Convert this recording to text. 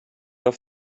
off